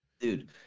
Dude